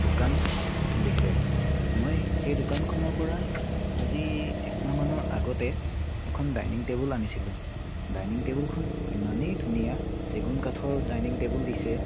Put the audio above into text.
দোকান খুলিছে মই সেই দোকানখনৰ পৰা আজি এক মাহমানৰ আগতে এখন ডাইনিং টেবুল আনিছিলোঁ ডাইনিং টেবুলখন ইমানেই ধুনীয়া চেগুন কাঠৰ ডাইনিং টেবুল দিছে